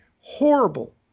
horrible